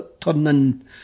turning